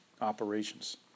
operations